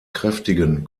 kräftigen